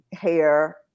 hair